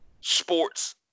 sports